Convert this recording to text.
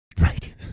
Right